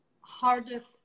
hardest